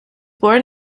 born